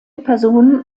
personen